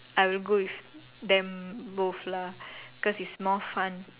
I will go with them both lah cause it's more fun